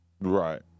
Right